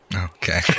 Okay